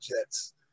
Jets